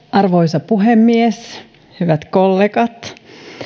arvoisa puhemies hyvät kollegat